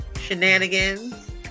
shenanigans